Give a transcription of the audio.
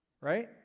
right